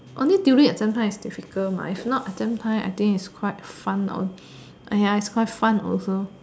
only during exam time is difficult mah if not exam time I think its quite fun !aiya! its quite fun also